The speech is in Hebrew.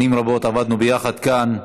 שנים רבות עבדנו יחד כאן.